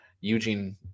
Eugene